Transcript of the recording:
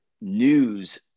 news